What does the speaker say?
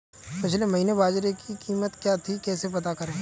पिछले महीने बाजरे की कीमत क्या थी कैसे पता करें?